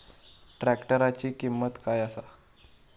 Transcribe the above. ट्रॅक्टराची किंमत काय आसा?